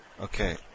Okay